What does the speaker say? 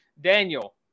Daniel